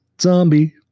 zombie